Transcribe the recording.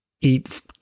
eat